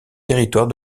territoire